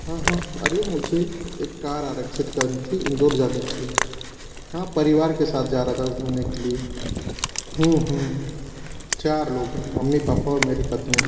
हाँ हाँ अरे मुझे एक कार आरक्षित करनी थी इंदौर जाने के लिए हाँ परिवार के साथ जा रहा था घूमने के लिए हूँ हूँ चार लोग हैं मम्मी पापा और मेरी पत्नि